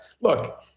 Look